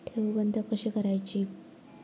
ठेव बंद कशी करायची?